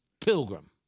pilgrim